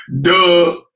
Duh